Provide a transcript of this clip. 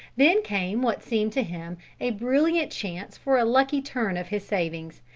then came what seemed to him a brilliant chance for a lucky turn of his savings,